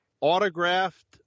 autographed